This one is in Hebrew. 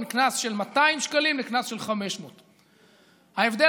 בין קנס של 200 שקלים לקנס של 500. ההבדל